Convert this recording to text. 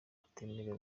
atemerewe